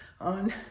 on